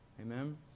Amen